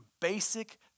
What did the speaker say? basic